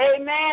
Amen